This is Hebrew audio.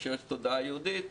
בהקשר לתודעה היהודית,